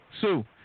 Sue